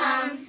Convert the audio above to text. come